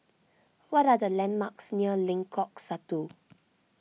what are the landmarks near Lengkong Satu